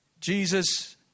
Jesus